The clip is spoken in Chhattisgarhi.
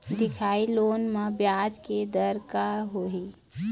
दिखाही लोन म ब्याज के दर का होही?